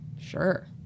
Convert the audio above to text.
sure